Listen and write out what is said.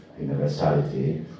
universality